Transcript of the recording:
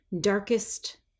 darkest